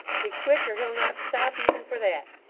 be quick, or he'll not stop, even for that.